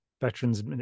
Veterans